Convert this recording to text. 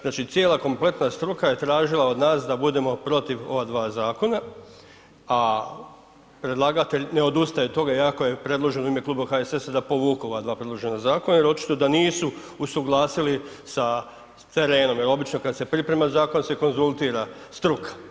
Znači cijela kompletna struka je tražila od nas da budemo protiv ova dva zakona a predlagatelj ne odustaje od toga iako je predloženo u ime kluba HSS-a da povuku ova dva predložena zakona jer očito da nisu u usuglasili sa terenom jer obično kad priprema zakon se konzultira struka.